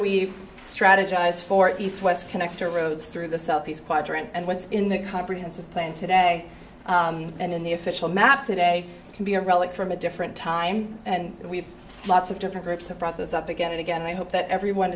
we strategize for east west connector roads through the southeast quadrant and what's in the comprehensive plan today and in the official map today can be a relic from a different time and we have lots of different groups have brought this up again and again i hope that everyone